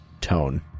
tone